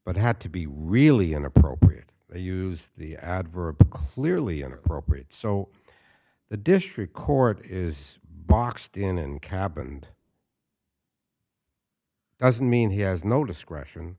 but had to be really an appropriate they use the adverb clearly inappropriate so the district court is boxed in and cap and doesn't mean he has no discretion